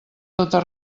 tota